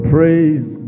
Praise